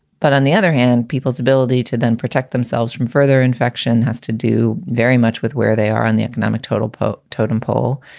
but on the other hand, people's ability to then protect themselves from further infection has to do very much with where they are on the economic total totem pole,